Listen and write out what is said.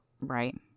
Right